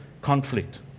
conflict